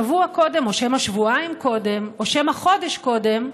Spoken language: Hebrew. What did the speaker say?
שבוע קודם, או שמא שבועיים קודם או שמא חודש קודם,